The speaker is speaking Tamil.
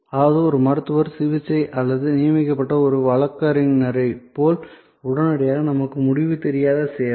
அதாவது ஒரு மருத்துவர் சிகிச்சை அல்லது நியமிக்கப்பட்ட ஒரு வழக்கறிஞரைப் போல் உடனடியாக நமக்கு முடிவு தெரியாத சேவை